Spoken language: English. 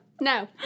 No